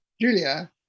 Julia